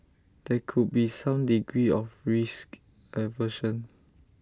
there could be some degree of risk aversion